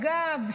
אגב,